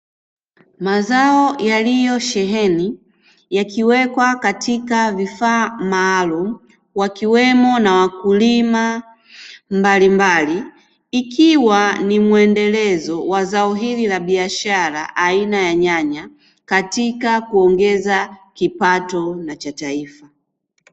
Mazao yaliyosheheni yakiwekwa katika vifaa maalumu wakiwemo na wakulima mbalimbali ikiwa ni muendelezo wa zao hili la biashara aina ya nyanya katika kuongeza kipato na cha taifa.